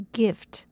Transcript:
gift